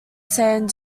sand